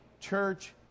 church